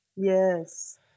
Yes